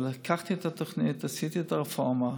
לקחתי את התוכנית, עשיתי את הרפורמה,